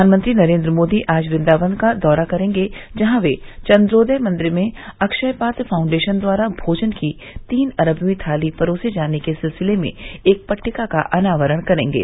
प्रधानमंत्री नरेन्द्र मोदी आज वृंदावन का दौरा करेंगे जहां वे चंद्रोदय मंदिर में अक्षय पात्र फाउंडेशन द्वारा भोजन की तीन अरबवीं थाली परोसे जाने के सिलसिले में एक पट्टकिं का अनावरण करेंगे